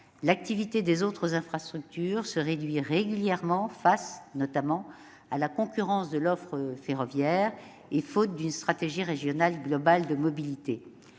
L'activité des autres infrastructures se réduit régulièrement, notamment face à la concurrence de l'offre ferroviaire et faute d'une stratégie régionale globale de mobilité.